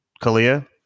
Kalia